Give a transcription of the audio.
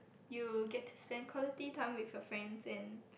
you get to spent quality time with your friends and